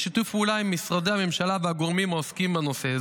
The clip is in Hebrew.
בשיתוף פעולה עם משרדי הממשלה והגורמים העוסקים בנושא.